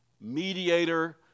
mediator